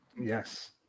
yes